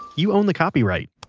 you own the copyright.